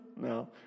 No